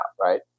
right